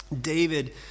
David